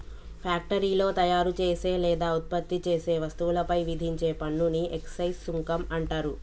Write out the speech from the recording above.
ఫ్యాక్టరీలో తయారుచేసే లేదా ఉత్పత్తి చేసే వస్తువులపై విధించే పన్నుని ఎక్సైజ్ సుంకం అంటరు